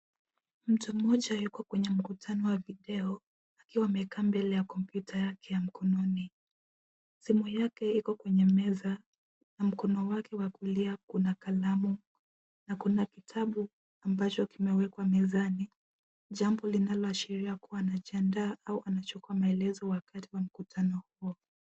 Mtu mmoja yuko kwenye mkutano wa video akiwa amekaa mbele ya kompyuta yake ya mkononi. Simu yake iko kwenye meza na mkono wake wa kulia kuna kalamu na kuna kitabu ambacho kimewekwa mezani, jambo linaloashiria kuwa anajiandaa au anachukua maelezo wakati wa mkutano huo.